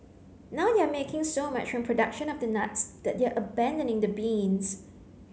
now they're making so much from production of the nuts that they're abandoning the beans